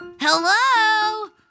Hello